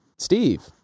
Steve